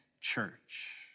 church